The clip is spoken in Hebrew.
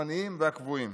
הזמניים והקבועים.